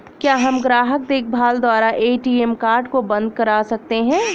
क्या हम ग्राहक देखभाल द्वारा ए.टी.एम कार्ड को बंद करा सकते हैं?